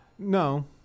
No